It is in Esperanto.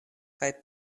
kaj